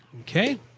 Okay